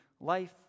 life